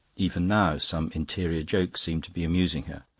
even now some interior joke seemed to be amusing her,